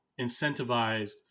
incentivized